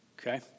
Okay